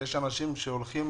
יש אנשים שהולכים